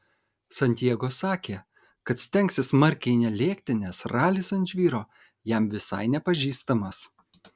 santiago sakė kad stengsis smarkiai nelėkti nes ralis ant žvyro jam visai nepažįstamas